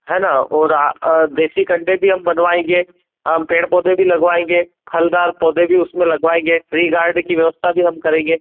है ना और देसी कंडे भी हम बनवाएंगे हम पेड़ पौधे भी लगवाएंगे फलदार पौधे भी उसमें लगवाएंगे फ़्री गार्ड की व्यवस्था भी हम करेंगे